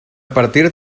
partir